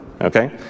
okay